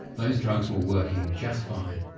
those drugs were working just fine.